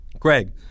Greg